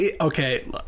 okay